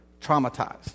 traumatized